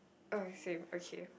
oh ya same okay